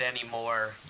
anymore